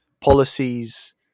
policies